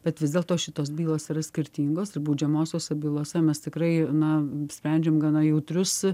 bet vis dėlto šitos bylos yra skirtingosir baudžiamosiose bylose mes tikrai na sprendžiam gana jautrius